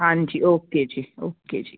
ਹਾਂਜੀ ਓਕੇ ਜੀ ਓਕੇ ਜੀ